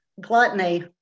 Gluttony